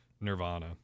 Nirvana